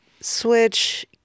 switch